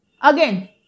Again